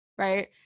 right